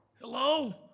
Hello